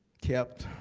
kept.